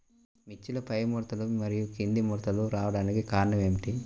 మిర్చిలో పైముడతలు మరియు క్రింది ముడతలు రావడానికి కారణం ఏమిటి?